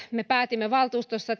me päätimme valtuustossa